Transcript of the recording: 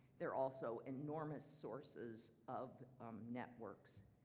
they're also enormous sources of networks.